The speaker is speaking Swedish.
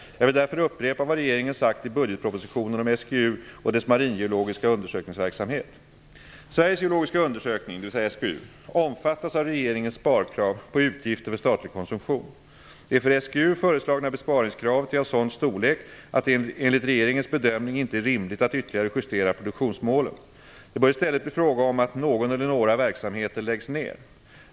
Jag vill därför upprepa vad regeringen sagt i budgetpropositionen om SGU och dess maringeologiska undersökningsverksamhet. Sveriges geologiska undersökning, dvs. SGU, omfattas av regeringens sparkrav på utgifter för statlig konsumtion. Det för SGU föreslagna besparingskravet är av sådan storlek att det enligt regeringens bedömning inte är rimligt att ytterligare justera produktionsmålen. Det bör i stället bli fråga om att någon eller några verksamheter läggs ned.